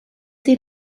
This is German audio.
sie